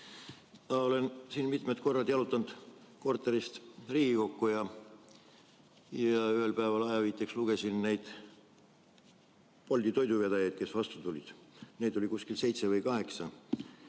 Olen siin mitmed korrad jalutanud korterist Riigikokku ja ühel päeval ajaviiteks lugesin ära need Bolti toiduvedajad, kes vastu tulid. Neid oli seitse või